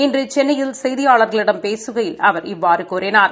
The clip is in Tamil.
இன்று சென்னையில் செய்தியாளர்களிடம் பேசுகையில் அவர் இவ்வாறு கூறினார்